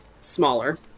smaller